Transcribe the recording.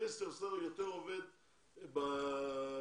אופטומטריסט יותר עובד בפרטי.